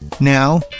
Now